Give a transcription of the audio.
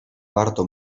warto